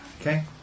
Okay